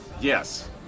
Yes